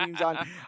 on